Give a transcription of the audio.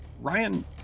Ryan